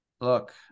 look